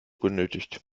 benötigt